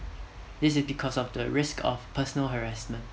this is because of the risk of personal harassment